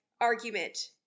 argument